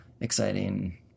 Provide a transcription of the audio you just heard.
exciting